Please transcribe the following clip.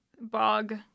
Bog